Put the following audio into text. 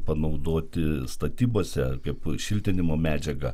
panaudoti statybose kaip šiltinimo medžiagą